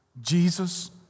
Jesus